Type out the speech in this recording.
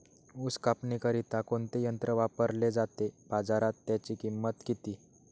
ऊस कापणीकरिता कोणते यंत्र वापरले जाते? बाजारात त्याची किंमत किती?